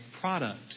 product